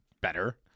better